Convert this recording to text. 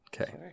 Okay